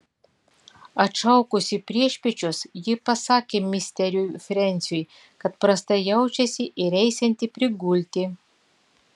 atšaukusi priešpiečius ji pasakė misteriui frensiui kad prastai jaučiasi ir eisianti prigulti